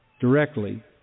directly